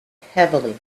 heavily